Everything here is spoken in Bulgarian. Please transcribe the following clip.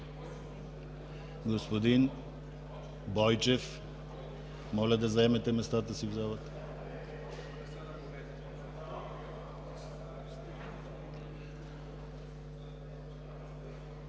Господи Бойчев, моля да заемете мястото си в залата!